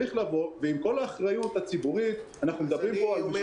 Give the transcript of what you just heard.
ועם כל האחריות הציבורית אנחנו מדברים פה על משבר